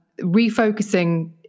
refocusing